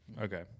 Okay